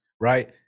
right